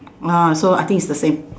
ah so I think it's the same